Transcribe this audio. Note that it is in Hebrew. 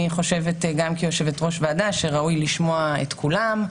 אני חושבת גם כיושבת-ראש ועדה שראוי לשמוע את כולם,